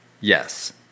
Yes